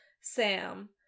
sam